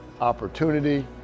opportunity